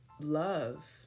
love